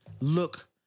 Look